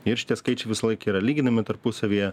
ir šitie skaičiai visąlaik yra lyginami tarpusavyje